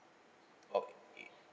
okay